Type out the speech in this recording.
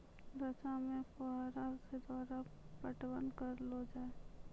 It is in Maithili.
रचा मे फोहारा के द्वारा पटवन करऽ लो जाय?